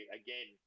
again